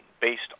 based